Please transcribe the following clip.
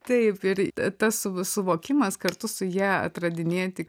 taip ir tas suvokimas kartu su ja atradinėjanti